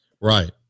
Right